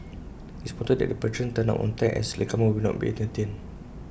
IT is important that patrons turn up on time as latecomers will not be entertained